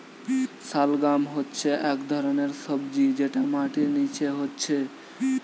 শালগাম হচ্ছে একটা ধরণের সবজি যেটা মাটির নিচে হচ্ছে